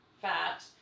fat